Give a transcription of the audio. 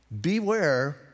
beware